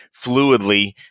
fluidly